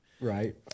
Right